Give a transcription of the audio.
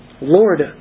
Lord